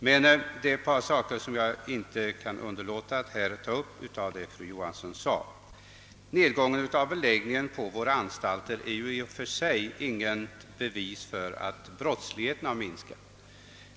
Men jag kan inte underlåta att ta upp ett par punkter i fru Johanssons anförande, Nedgången i beläggningen på våra anstalter är i och för sig inte något bevis på att brottsligheten har minskat.